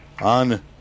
On